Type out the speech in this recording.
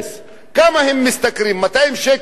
כמה הם משתכרים, 200 שקל ליום?